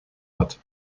hat